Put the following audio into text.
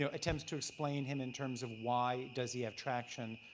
yeah attempts to explain him in terms of why does he have traction,